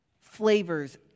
flavors